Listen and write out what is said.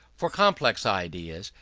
for complex ideas,